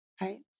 Right